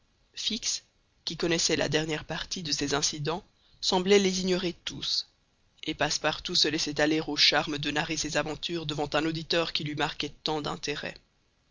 fix qui connaissait la dernière partie de ces incidents semblait les ignorer tous et passepartout se laissait aller au charme de narrer ses aventures devant un auditeur qui lui marquait tant d'intérêt